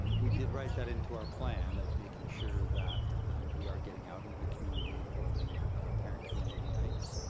we did write that into our plan of making sure that we are getting out into the community and holding parent community nights.